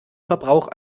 verbrauch